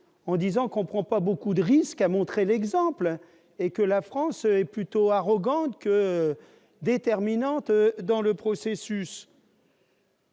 dira que nous ne prenons pas beaucoup de risque à montrer l'exemple et que la France est plus arrogante que déterminante dans le processus.